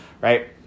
right